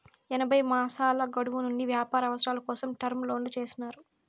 ఎనభై మాసాల గడువు నుండి వ్యాపార అవసరాల కోసం టర్మ్ లోన్లు చేసినారు